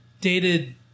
dated